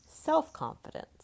self-confidence